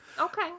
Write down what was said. okay